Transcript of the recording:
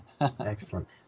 Excellent